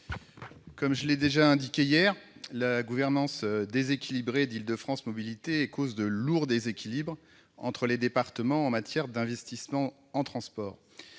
Comme je l'ai déjà indiqué hier, la gouvernance déséquilibrée d'Île-de-France Mobilités est source de lourdes difficultés entre les départements en matière d'investissement dans les transports.